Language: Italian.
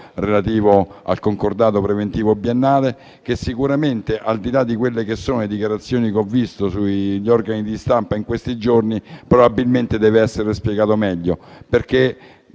relativo al concordato preventivo biennale, che sicuramente, al di là di quelle che sono le dichiarazioni che ho letto sugli organi di stampa in questi giorni, probabilmente deve essere spiegato meglio.